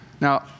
Now